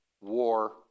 war